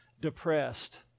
depressed